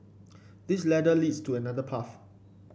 this ladder leads to another path